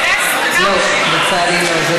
לא, לצערי לא.